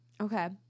Okay